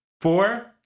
Four